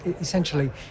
essentially